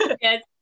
yes